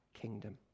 kingdom